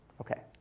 Okay